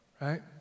Right